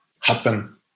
happen